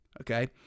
okay